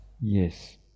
Yes